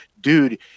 Dude